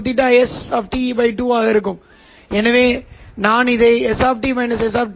வெளியீடு நீங்கள் சமிக்ஞை கூறுகளைக் காண்பீர்கள் எனவே Es2 நிச்சயமாக ஒரு புகைப்படக் கண்டுபிடிப்பைக் கொடுத்த பிறகு